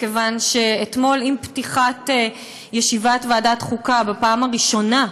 מכיוון שאתמול עם פתיחת ישיבת ועדת החוקה בפעם הראשונה,